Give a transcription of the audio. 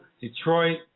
Detroit